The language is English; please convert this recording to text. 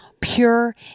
pure